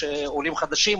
עולים חדשים,